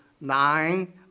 nine